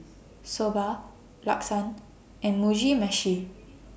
Soba Lasagne and Mugi Meshi